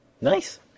Nice